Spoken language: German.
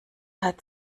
hat